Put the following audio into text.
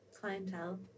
clientele